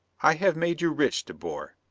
i have made you rich, de boer.